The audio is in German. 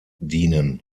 dienen